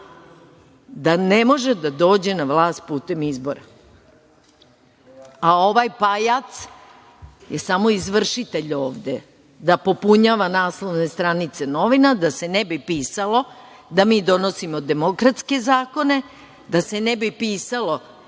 da ne može da dođe na vlast putem izbora.A, ovaj pajac je samo izvršitelj ovde, da popunjava naslovne stranice novina, da se ne bi pisalo da mi donosimo demokratske zakone, da se ne bi pisalo